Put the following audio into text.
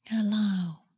allow